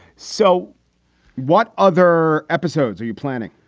so what other episodes are you planning?